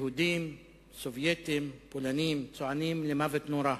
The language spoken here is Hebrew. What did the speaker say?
יהודים, סובייטים, פולנים וצוענים, למוות נורא.